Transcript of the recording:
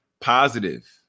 positive